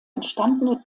entstandene